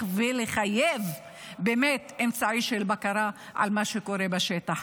ולחייב אמצעי של בקרה על מה שקורה בשטח.